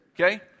okay